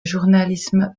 journalisme